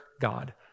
God